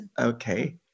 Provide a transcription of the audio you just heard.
Okay